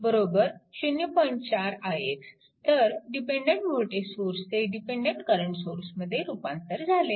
4 ix तर dependent voltage सोर्सचे dependent current सोर्समध्ये रूपांतर झाले